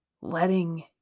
Letting